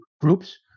groups